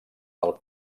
del